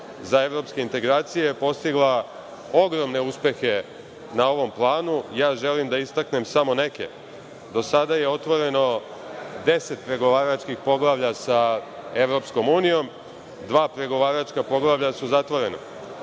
za evropske integracije, postigla ogromne uspehe na ovom planu. Želim da istaknem samo neke. Do sada je otvoreno 10 pregovaračkih poglavlja sa EU, dva pregovaračka poglavlja su zatvorena. Dana,